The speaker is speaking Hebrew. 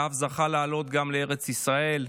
ואף זכה לעלות לארץ ישראל,